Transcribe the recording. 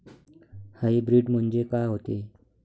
Hybrid म्हनजे का होते?